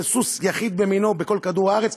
סוס יחיד במינו בכל כדור-הארץ,